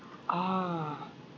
ah